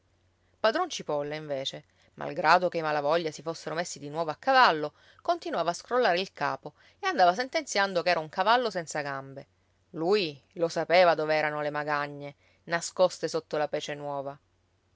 padron cipolla invece malgrado che i malavoglia si fossero messi di nuovo a cavallo continuava a scrollare il capo e andava sentenziando che era un cavallo senza gambe lui lo sapeva dove erano le magagne nascoste sotto la pece nuova